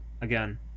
again